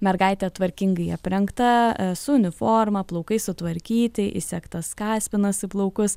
mergaitė tvarkingai aprengta su uniforma plaukai sutvarkyti įsegtas kaspinas į plaukus